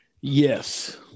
yes